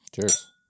Cheers